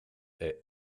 est